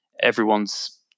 everyone's